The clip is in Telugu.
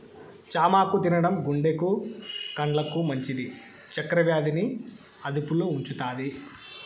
చామాకు తినడం గుండెకు, కండ్లకు మంచిది, చక్కర వ్యాధి ని అదుపులో ఉంచుతాది